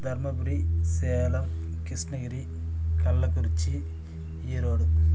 Dharmapuri Salem Krishnagiri Kallakurichi Erode